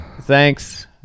thanks